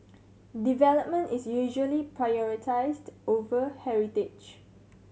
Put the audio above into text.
development is usually prioritised over heritage